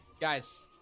Guys